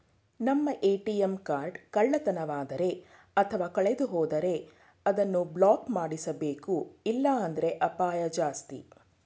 ನಮ್ಮ ATM card ಕಳ್ಳತನವಾದರೆ ಅಥವಾ ಕಳೆದುಹೋದರೆ ಅದನ್ನು ಬ್ಲಾಕ್ ಮಾಡಿಸಬೇಕು ಇಲ್ಲಾಂದ್ರೆ ಅಪಾಯ ಜಾಸ್ತಿ